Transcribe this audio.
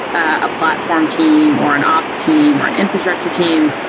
a platform team, or an ops team, or an infrastructure team.